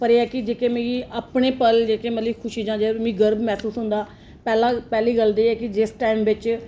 पर एह् ऐ केह् जेह्के मिगी अपने पल जेह्के मतलब खुशी जां मिगी गर्व महसूस होंदा पैह्ला पैह्ली गल्ल ते एह् कि जिस टाइम बिच्च